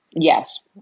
Yes